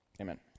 Amen